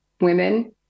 women